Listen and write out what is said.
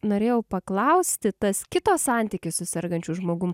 norėjau paklausti tas kito santykis su sergančiu žmogum